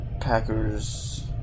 Packers